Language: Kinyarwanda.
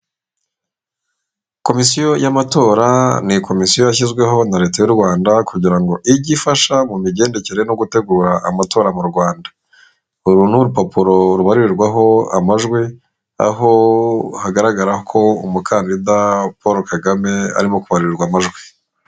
Komisiyo y'amatora ni komisiyo yashyizweho na leta y'u Rwanda, kugira ngo ijye ifasha mu migendekere no gutegura amatora mu Rwanda. Uru ni urupapuro rubarurirwaho amajwi, aho hagaragara ko umukandida Paul Kagame arimo kubarirwa amajwi.